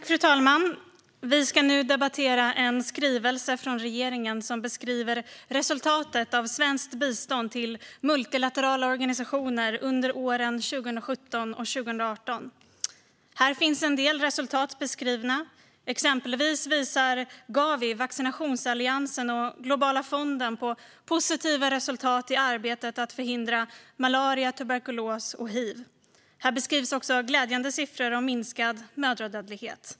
Fru talman! Vi ska nu debattera en skrivelse från regeringen om resultatet av svenskt bistånd till multilaterala organisationer under 2017 och 2018. Här finns en del resultat beskrivna. Exempelvis visar Gavi, vaccinationsalliansen, och Globala fonden positiva resultat i arbetet med att förhindra malaria, tuberkulos och hiv. Här beskrivs också glädjande siffror om minskande mödradödlighet.